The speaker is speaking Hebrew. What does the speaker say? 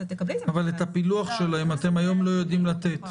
כמה אתם משחררים וכמה אתם מביאים להארכת מעצר?